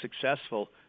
successful